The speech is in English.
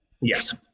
Yes